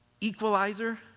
Equalizer